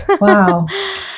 wow